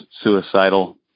suicidal